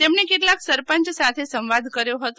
તેમણે કેટલાક સરપંચ સાથે સંવાદ કર્યો હતો